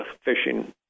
fishing